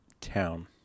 town